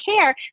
care